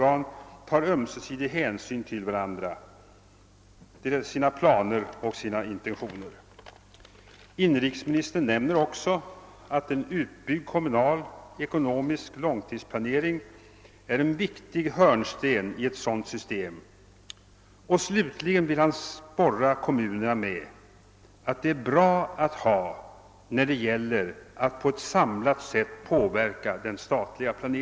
Jag har själv redan på 1950-talet varit med om att i min hemkommun i strid med socialdemokraterna införa en ekonomisk investeringsplan, men vad sker nu genom det s.k. fältprogrammet KELP, som betyder kommunal ekonomisk långtidsplanering? Jo, kommunerna får i detalj redovisa vad de tänker bygga och anlägga under de närmaste fem åren.